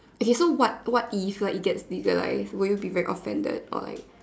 okay so what what is like it gets legalise will you be very offended or like